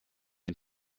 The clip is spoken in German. den